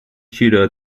shooter